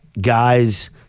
guys